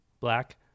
black